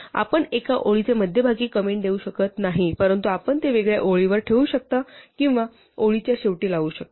आपण एका ओळीचे मध्यभागी कंमेंट देऊ शकत नाही परंतु आपण ते वेगळ्या ओळीवर ठेवू शकता किंवा ओळीच्या शेवटी लावू शकता